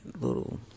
little